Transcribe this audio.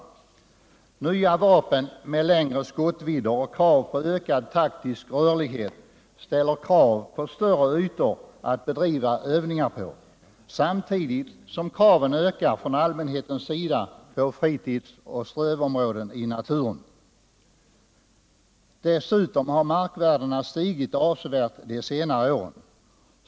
Nya vapen med längre skottvidder och ökad taktisk rörlighet ställer krav på större ytor att bedriva övningar på, samtidigt som kraven ökar från allmänhetens sida på fritidsoch strövområden i naturen. Dessutom har markvärdena stigit avsevärt de senare åren.